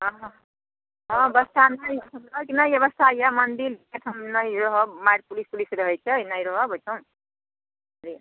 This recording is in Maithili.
हँ हँ ब्यबस्था नहि यऽ ब्यबस्था नहि यऽ मंदिलमे तऽ हम नहि रहब मार पुलिस ओलिस रहैत छै नहि रहब ओहिठाम लिअ